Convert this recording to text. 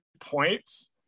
points